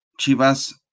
Chivas